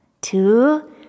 two